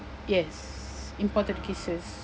yes imported cases